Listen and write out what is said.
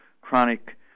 chronic